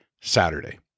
Saturday